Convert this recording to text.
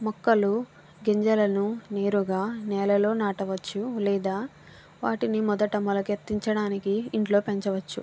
మొక్కలు గింజలను నేరుగా నేలలో నాటవచ్చు లేదా వాటిని మొదట మొలకెత్తించడానికి ఇంట్లో పెంచవచ్చు